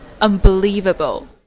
unbelievable